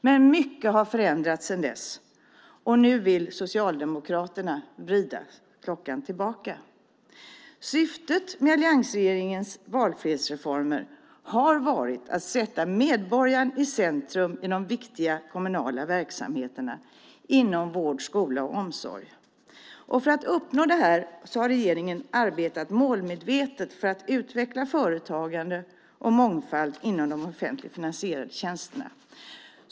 Men mycket har förändrats sedan dess, och nu vill Socialdemokraterna vrida klockan tillbaka. Syftet med alliansregeringens valfrihetsreformer har varit att sätta medborgaren i centrum i de viktiga kommunala verksamheterna inom vård, skola och omsorg. För att uppnå detta har regeringen arbetat målmedvetet för att utveckla företagande och mångfald inom de offentligt finansierade tjänsterna.